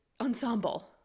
ensemble